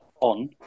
on